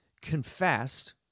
confessed